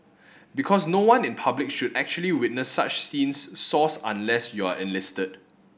because no one in public should actually witness such scenes Source Unless you're enlisted